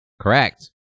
Correct